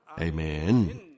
Amen